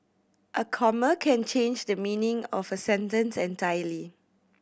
a comma can change the meaning of a sentence entirely